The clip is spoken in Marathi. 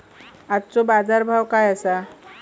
आजचो बाजार भाव काय आसा?